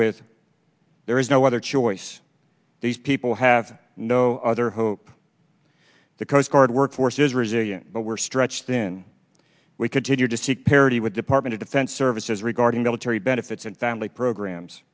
with there is no other choice these people have no other hope the coast guard workforce is resilient but we're stretched thin we continue to seek parity with department of defense services regarding military benefits and family programs